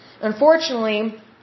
Unfortunately